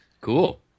cool